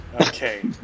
Okay